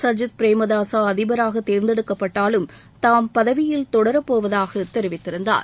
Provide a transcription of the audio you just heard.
சஜித் பிரேமதாஸா அதிபராக தேர்ந்தெடுக்கப்பட்டாலும் தாம் பதவியில் தொடரப்போவதாக தெரிவித்திருந்தார்